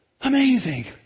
amazing